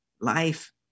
life